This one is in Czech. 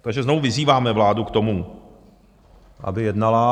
Takže znovu vyzýváme vládu k tomu, aby jednala.